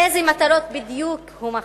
באיזה מטרות בדיוק הוא מהפכני?